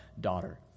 daughter